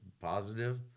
positive